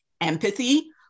empathy